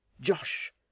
Josh